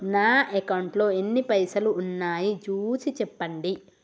నా అకౌంట్లో ఎన్ని పైసలు ఉన్నాయి చూసి చెప్పండి?